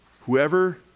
Whoever